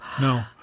no